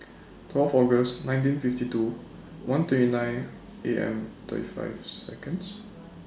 twelve August nineteen fifty two one twenty nine A M thirty five Seconds